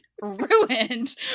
ruined